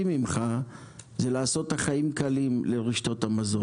ממך זה לעשות את החיים קלים לרשתות המזון.